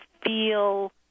feel